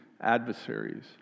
adversaries